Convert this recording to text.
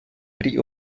pri